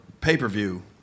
pay-per-view